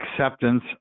acceptance